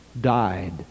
died